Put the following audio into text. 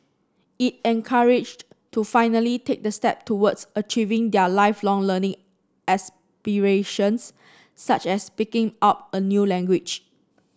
it encouraged to finally take the step towards achieving their Lifelong Learning aspirations such as picking up a new language